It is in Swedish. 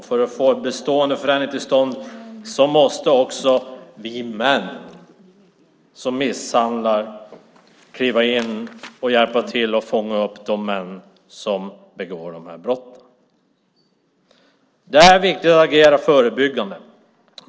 För att få en bestående förändring till stånd måste också vi män som inte misshandlar kliva in och hjälpa till med att fånga upp de män som begår de här brotten. Det är viktigt att agera förebyggande.